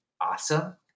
awesome